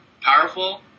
powerful